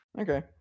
okay